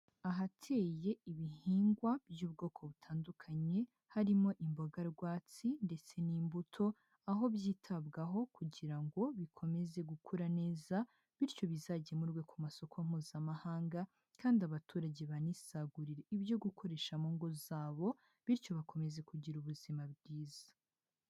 Ahateye ibihingwa by'ubwoko butandukanye, harimo imboga rwatsi ndetse n'imbuto, aho byitabwaho kugira ngo bikomeze gukura neza bityo bizagemurwe ku masoko Mpuzamahanga kandi abaturage banisagurire ibyo gukoresha mu ngo zabo bityo bakomeze kugira ubuzima bwiza.